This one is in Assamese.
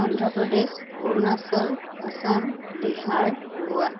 অন্ধ্ৰপ্ৰদেশ অৰুণাচল অসম বিহাৰ গোৱা